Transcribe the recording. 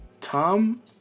Tom